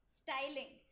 styling